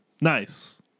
Nice